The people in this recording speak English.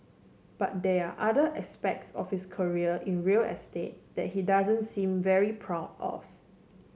but there are other aspects of his career in real estate that he doesn't seem very proud of